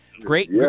great